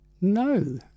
No